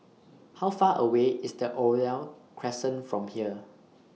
How Far away IS Oriole Crescent from here